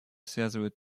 связывают